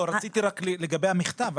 לגבי המכתב,